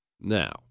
Now